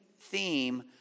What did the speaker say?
theme